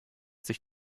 sich